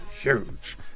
huge